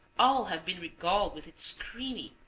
all have been regaled with its creamy,